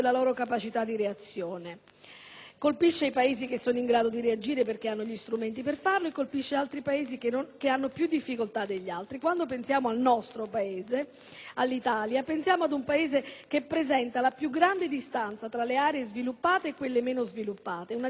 colpisce i Paesi che sono in grado di reagire perché hanno gli strumenti per farlo ed altri che, invece, hanno più difficoltà. Quando pensiamo all'Italia pensiamo ad un Paese che presenta la più grande distanza tra le aree sviluppate e quelle meno sviluppate, una distanza che, come